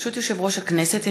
ברשות יושב-ראש הכנסת,